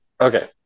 Okay